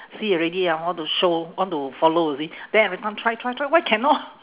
see already ah I want to show want to follow you see then every time try try try why cannot